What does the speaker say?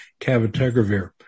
cabotegravir